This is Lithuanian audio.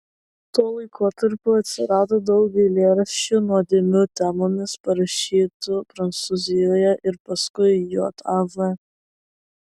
tuo laikotarpiu atsirado daug eilėraščių nuodėmių temomis parašytų prancūzijoje ir paskui jav